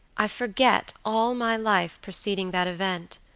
i forget all my life preceding that event,